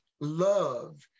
love